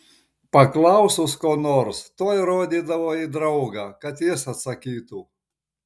paklausus ko nors tuoj rodydavo į draugą kad jis atsakytų